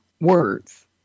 words